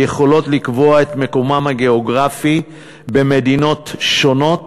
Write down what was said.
היכולות לקבוע את מקומן הגיאוגרפי במדינות שונות